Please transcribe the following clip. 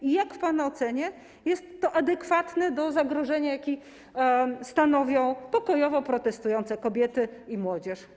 Czy w pana ocenie jest to adekwatne do poziomu zagrożenia, jakie stanowią pokojowo protestujące kobiety i młodzież?